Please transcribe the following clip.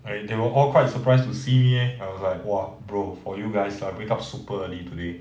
like they were all quite surprised to see me eh I was like !wah! bro for you guys I wake up super early today